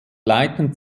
leiten